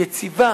יציבה,